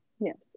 Yes